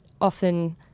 often